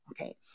Okay